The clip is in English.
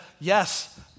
yes